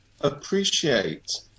appreciate